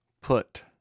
put